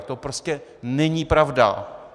To prostě není pravda!